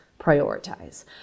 prioritize